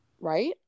Right